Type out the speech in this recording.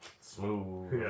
smooth